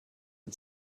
und